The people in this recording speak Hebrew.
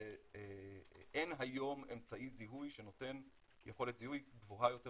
אין היום אמצעי זיהוי שנותן יכולת זיהוי גבוהה יותר